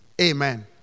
Amen